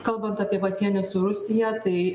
kalbant apie pasienį su rusija tai